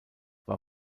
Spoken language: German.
war